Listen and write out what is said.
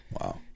wow